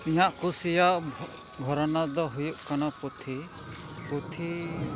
ᱤᱧᱟᱹᱜ ᱠᱩᱥᱤᱭᱟᱜ ᱜᱷᱚᱨᱟᱱᱟᱫᱚ ᱦᱩᱭᱩᱜ ᱠᱟᱱᱟ ᱯᱩᱛᱷᱤ ᱯᱩᱛᱷᱤᱻ